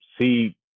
see